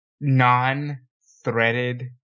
non-threaded